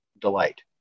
delight